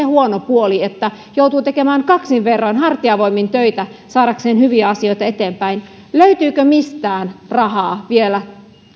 huono puoli että joutuu tekemään kaksin verroin hartiavoimin töitä saadakseen hyviä asioita eteenpäin löytyykö mistään rahaa vielä